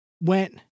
went